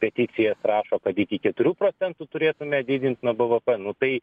peticijas rašo kad iki keturių procentų turėtume didint nuo bvp nu tai